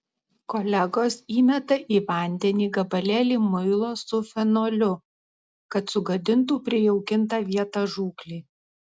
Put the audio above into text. kolegos įmeta į vandenį gabalėlį muilo su fenoliu kad sugadintų prijaukintą vietą žūklei